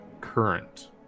current